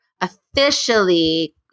officially